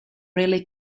really